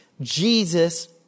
Jesus